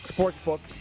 Sportsbook